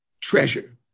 treasure